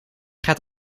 gaat